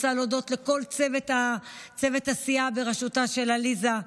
אני רוצה להודות לכל צוות הסיעה בראשותה של עליזה,